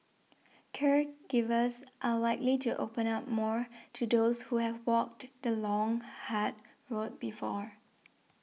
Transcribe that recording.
caregivers are likely to open up more to those who have walked the long hard road before